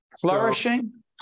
Flourishing